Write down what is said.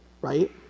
right